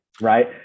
Right